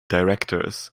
directors